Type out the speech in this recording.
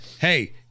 hey